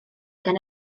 gan